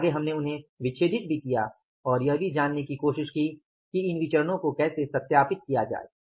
आगे हमने उन्हें विच्छेदित भी किया और यह भी जानने की कोशिश की कि इन विचरणो को कैसे सत्यापित किया जाए